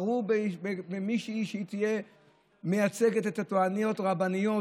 למישהי שתהיה מייצגת את הטוענות הרבניות